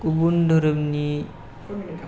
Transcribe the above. गुबुन धोरोमनि